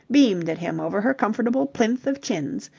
beamed at him over her comfortable plinth of chins,